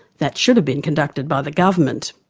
that should have been conducted by the government.